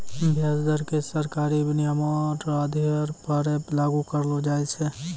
व्याज दर क सरकारी नियमो र आधार पर लागू करलो जाय छै